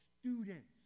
students